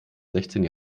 sechzehn